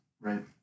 right